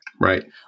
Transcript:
right